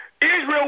Israel